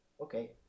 Okay